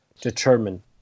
determine